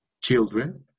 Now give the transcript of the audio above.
children